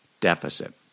deficit